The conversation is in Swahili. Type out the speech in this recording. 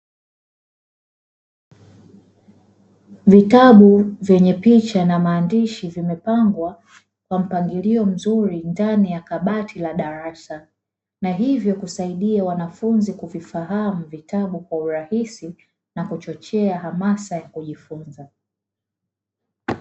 Vitabu vyenye picha na maandishi, vimepangwa kwa mpangilio mzuri ndani ya kabati la darasa na hivyo kuwasaidia wanafunzi kuvifahamu kwa urahisi na kuchochea hamasa ya kujifunza.